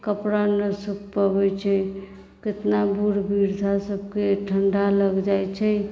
कपड़ा न सूखि पबैत छै कितना बूढ़ वृद्धा सभके ठण्डा लागि जाइत छै